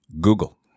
Google